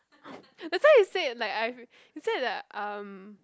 that's why I said like I he said that um